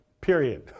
Period